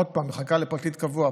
עוד פעם, מחכה לפרקליט קבוע.